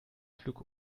flug